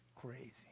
Crazy